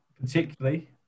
particularly